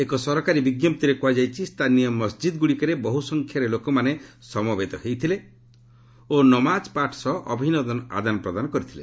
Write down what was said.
ଏକ ସରକାରୀ ବିଜ୍ଞପ୍ତିରେ କୁହାଯାଇଛି ସ୍ଥାନୀୟ ମସଜିଦ୍ଗୁଡ଼ିକରେ ବହୁ ସଂଖ୍ୟାରେ ଲୋକମାନେ ସମବେତ ହୋଇଥିଲେ ଓ ନମାଜପାଠ ସହ ଅଭିନନ୍ଦନ ଆଦାନପ୍ରଦାନ କରିଥିଲେ